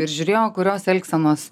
ir žiūrėjo kurios elgsenos